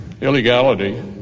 illegality